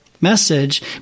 message